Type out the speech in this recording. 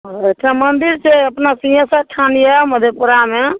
ओहिठाम मंदिर छै अपना सिंघेशर थान यऽ मधेपुरामे